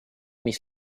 mis